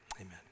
amen